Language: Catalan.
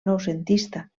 noucentista